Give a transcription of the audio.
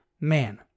Man